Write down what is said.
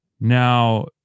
Now